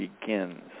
begins